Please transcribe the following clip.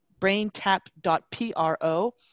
braintap.pro